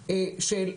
בתי הסוהר.